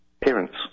parents